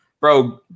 bro